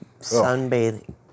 sunbathing